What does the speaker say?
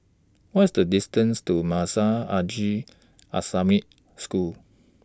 What IS The distance to Madrasah Aljunied Al Islamic School